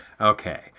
Okay